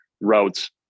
routes